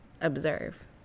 observe